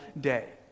day